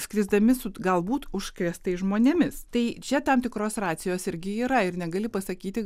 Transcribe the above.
skrisdami su galbūt užkrėstais žmonėmis tai čia tam tikros racijos irgi yra ir negali pasakyti